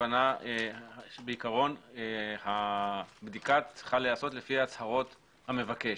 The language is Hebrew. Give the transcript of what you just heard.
ברור שהבדיקה צריכה להיעשות לפי הצהרות המבקש.